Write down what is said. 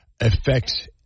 affects